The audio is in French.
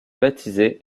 baptisé